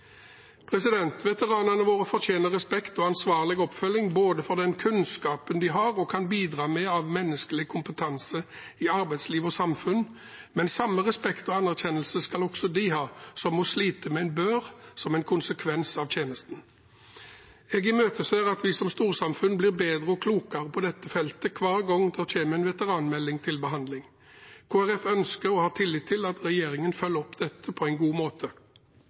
Veteranene våre fortjener respekt og ansvarlig oppfølging for den kunnskapen de har og kan bidra med av menneskelig kompetanse i arbeidsliv og samfunn, men de som må slite med en bør som en konsekvens av tjenesten, skal også ha samme respekt og anerkjennelse. Jeg imøteser at vi som storsamfunn blir bedre og klokere på dette feltet hver gang det kommer en veteranmelding til behandling. Kristelig Folkeparti ønsker og har tillit til at regjeringen følger opp dette på en god måte.